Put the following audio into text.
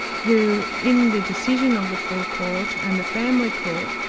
who in the decision of the full court and the family court,